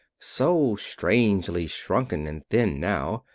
so strangely shrunken and thin now,